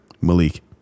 Malik